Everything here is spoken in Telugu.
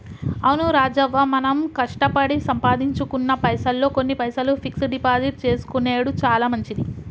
అవును రాజవ్వ మనం కష్టపడి సంపాదించుకున్న పైసల్లో కొన్ని పైసలు ఫిక్స్ డిపాజిట్ చేసుకొనెడు చాలా మంచిది